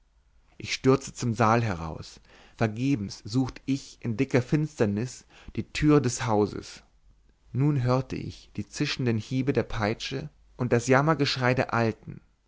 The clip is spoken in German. ich stürzte zum saal heraus vergebens sucht ich in dicker finsternis die tür des hauses nun hört ich die zischenden hiebe der peitsche und das jammergeschrei der alten